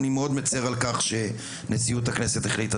אני מאוד מצר על כך שנשיאות הכנסת החליטה